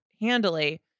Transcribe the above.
handily